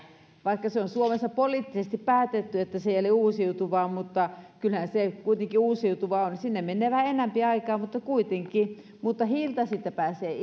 vaikka se on suomessa poliittisesti päätetty että se ei ole uusiutuvaa niin kyllähän se kuitenkin uusiutuvaa on siinä menee vähän enempi aikaa mutta kuitenkin mutta hiiltä siitä pääsee